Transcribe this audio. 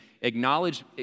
acknowledge